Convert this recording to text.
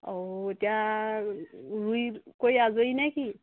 আৰু এতিয়া ৰুই কৰি আজৰি নে কি